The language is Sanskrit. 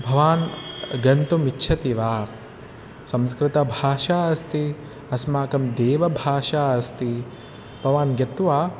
भवान् गन्तुम् इच्छति वा संस्कृतं भाषा अस्ति अस्माकं देवभाषा अस्ति भवान् गत्वा